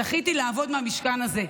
זכיתי לעבוד מהמשכן הזה.